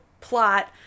plot